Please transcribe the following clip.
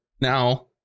now